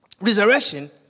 resurrection